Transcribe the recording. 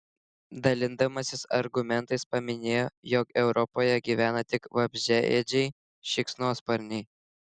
dalindamasis argumentais paminėjo jog europoje gyvena tik vabzdžiaėdžiai šikšnosparniai